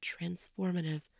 transformative